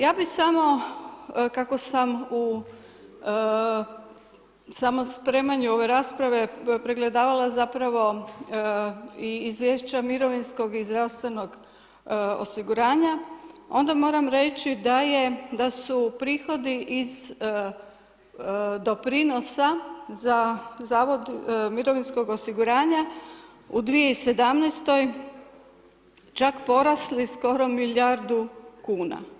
Ja bi samo kako sam u samo spremanju ove rasprave, pregledavala zapravo i izvješća mirovinskog i zdravstvenog osiguranja, onda moram reći da je, da su prihodi iz doprinosa za mirovinskog osiguranja u 2017. čak porasli skoro milijardi kuna.